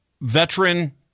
Veteran